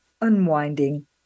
unwinding